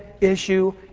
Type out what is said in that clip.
issue